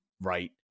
right